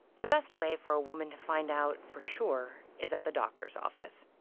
the best way for a woman to find out for sure is at the doctor's office.